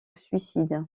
suicide